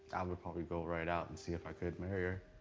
but probably go right out and see if i could marry her.